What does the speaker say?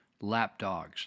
lapdogs